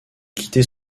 quitter